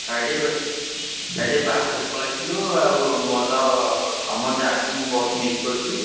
ଭାଇ ଟିକିଏ ଦେ ଭାଇ ଟିକିଏ ବାହାରକୁ ପଳେଇଥିଲୁ ଆଉ ମୋର ତୁମ ଚାଟ୍କୁ ମୁଁ ବହୁତ ମିସ୍ କରିଛି